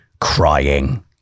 crying